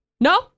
No